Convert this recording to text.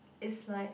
is like